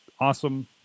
awesome